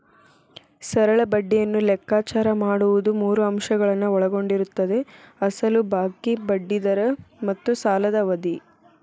ಸರಳ ಬಡ್ಡಿಯನ್ನು ಲೆಕ್ಕಾಚಾರ ಮಾಡುವುದು ಮೂರು ಅಂಶಗಳನ್ನು ಒಳಗೊಂಡಿರುತ್ತದೆ ಅಸಲು ಬಾಕಿ, ಬಡ್ಡಿ ದರ ಮತ್ತು ಸಾಲದ ಅವಧಿ